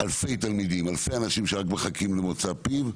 אלפי תלמידים, אלפי אנשים שרק מחכים למוצא פיו.